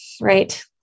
right